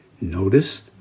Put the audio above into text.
notice